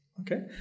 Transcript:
okay